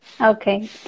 Okay